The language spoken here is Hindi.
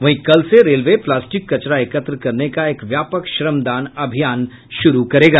वहीं कल से रेलवे प्लास्टिक कचरा एकत्र करने का एक व्यापक श्रमदान अभियान शुरू करेगा